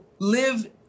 live